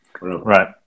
right